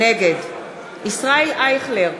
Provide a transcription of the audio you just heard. נגד ישראל אייכלר,